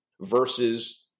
versus